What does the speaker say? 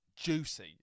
Juicy